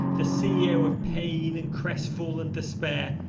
the ceo of pain and crest-fallen despair,